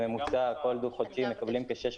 בממוצע, על כל דו חודשי מקבלים כ-600